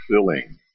filling